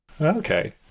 Okay